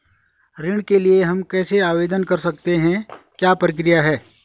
ऋण के लिए हम कैसे आवेदन कर सकते हैं क्या प्रक्रिया है?